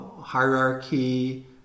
hierarchy